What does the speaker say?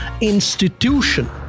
institution